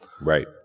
Right